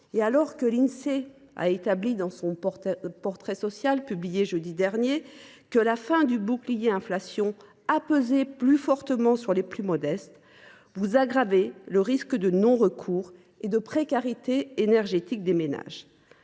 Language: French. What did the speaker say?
Alors que l’Insee a établi, dans l’édition 2024 de son ouvrage, publiée jeudi dernier, que la fin du bouclier inflation avait pesé plus fortement sur les plus modestes, vous aggravez le risque de non recours et de précarité énergétique des ménages.